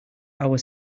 our